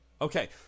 Okay